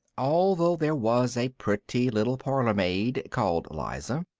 although there was a pretty little parlour-maid called liza,